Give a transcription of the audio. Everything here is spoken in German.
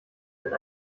wenn